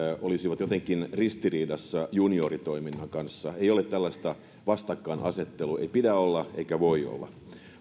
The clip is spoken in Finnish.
olisivat jotenkin ristiriidassa junioritoiminnan kanssa ei ole tällaista vastakkainasettelua ei pidä olla eikä voi olla